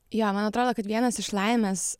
jo man atrodo kad vienas iš laimės